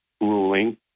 ruling